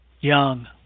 Young